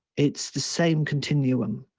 it's the same continuum.